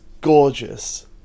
gorgeous